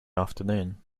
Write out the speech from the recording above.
afternoon